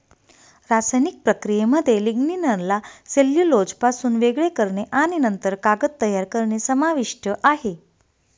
रासायनिक प्रक्रियेमध्ये लिग्निनला सेल्युलोजपासून वेगळे करणे आणि नंतर कागद तयार करणे समाविष्ट आहे